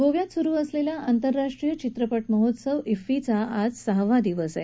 गोव्यात सुरु असलेला आंतरराष्ट्रीय चित्रपट महोत्सव फिफीचा आज सहावा दिवस आहे